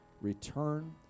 return